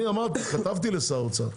כתבתי לשר האוצר.